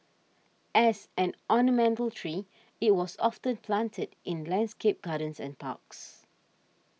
as an ornamental tree it was often planted in landscaped gardens and parks